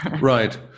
Right